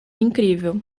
incrível